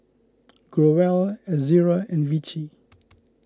Growell Ezerra and Vichy